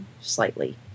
slightly